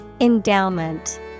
Endowment